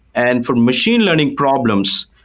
and for machine learning problems,